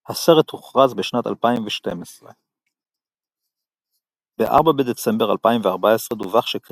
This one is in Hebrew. הסרט הוכרז בשנת 2012. ב-4 בדצמבר 2014 דווח שכריס